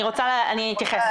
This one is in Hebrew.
אני אתייחס.